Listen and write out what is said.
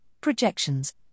projections